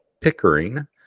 Pickering